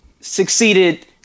succeeded